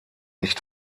nicht